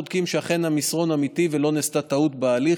בודקים שאכן המסרון אמיתי ולא נעשתה טעות בהליך.